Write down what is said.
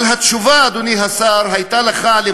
אבל הייתה לך, אדוני השר, תשובה למחרת,